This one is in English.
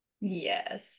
Yes